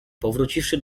powróciwszy